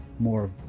More